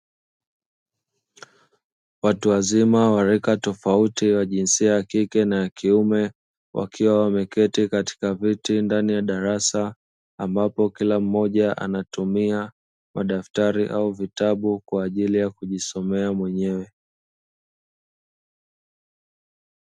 Watu wazima wa rika tofauti wa jinsia ya kike na ya kiume. Wakiwa wameketi katika viti ndani ya darasa. Ambapo kila mmoja anatumia madaftari au vitabu, kwa ajili ya kujisomea mwenyewe.